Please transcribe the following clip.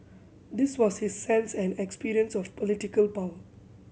this was his sense and experience of political power